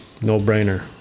no-brainer